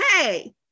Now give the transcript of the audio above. hey